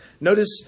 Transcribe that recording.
Notice